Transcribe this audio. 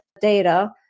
data